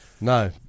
No